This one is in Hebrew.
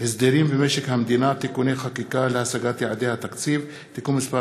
הסדרים במשק המדינה (תיקוני חקיקה להשגת יעדי התקציב) (תיקון מס'